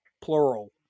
plural